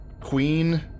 queen